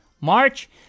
March